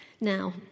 Now